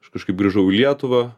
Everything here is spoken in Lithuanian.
aš kažkaip grįžau į lietuvą